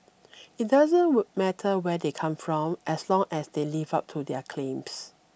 it doesn't matter where they come from as long as they live up to their claims